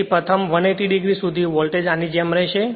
તેથી પ્રથમ 180 oસુધી વોલ્ટેજ આની જેમ રહેશે